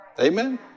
Amen